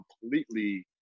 completely